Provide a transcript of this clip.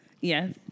Yes